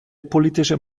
politischen